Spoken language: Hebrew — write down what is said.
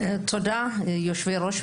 תודה, יושבי הראש.